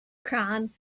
crown